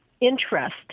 interest